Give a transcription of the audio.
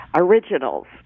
originals